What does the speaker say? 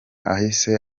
ahise